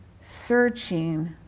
searching